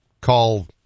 call